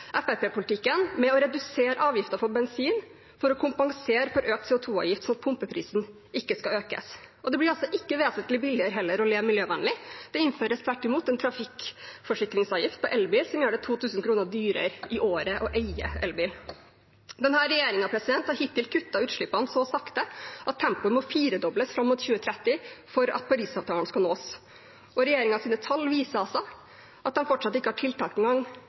med å redusere avgiften på bensin for å kompensere for økt CO 2 -avgift, slik at pumpeprisen ikke skal økes. Det blir altså heller ikke vesentlig billigere å leve miljøvennlig. Det innføres tvert imot en trafikkforsikringsavgift på elbil som gjør det 2 000 kr dyrere i året å eie elbil. Denne regjeringen har hittil kuttet utslippene så sakte at tempoet må firedobles fram mot 2030 for at Parisavtalen skal nås. Regjeringens tall viser altså at de fortsatt ikke engang har tiltak